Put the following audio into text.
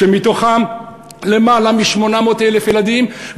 שבתוכם למעלה מ-800,000 ילדים,